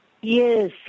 Yes